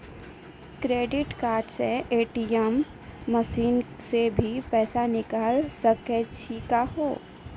Credit card से ATM machine से भी पैसा निकल सकै छि का हो?